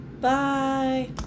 bye